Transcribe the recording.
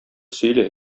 сөйлә